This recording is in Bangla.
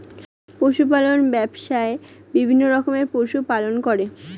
পশু পালন ব্যবসায়ে বিভিন্ন রকমের পশু পালন করে